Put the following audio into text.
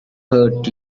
hurt